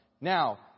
Now